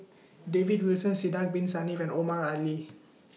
David Wilson Sidek Bin Saniff and Omar Ali